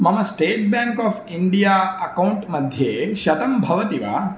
मम state bank of India account मध्ये शतं भवति वा